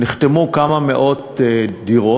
נחתמו לכמה מאות דירות.